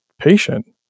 patient